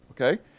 okay